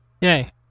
Yay